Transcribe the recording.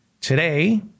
Today